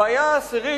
הבעיה העשירית,